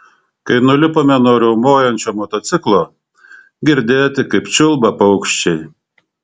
kai nulipome nuo riaumojančio motociklo girdėti kaip čiulba paukščiai